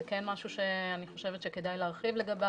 זה כן משהו שאני חושבת שכדאי להרחיב לגביו,